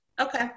Okay